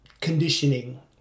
conditioning